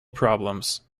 problems